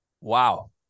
Wow